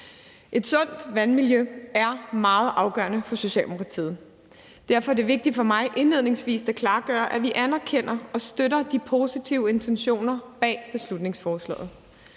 Et sundt vandmiljø er meget afgørende for Socialdemokratiet. Derfor er det vigtigt for mig indledningsvis at klargøre, at vi anerkender og støtter de positive intentioner bag beslutningsforslaget.